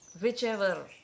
whichever